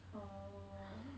oh